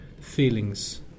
feelings